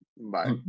bye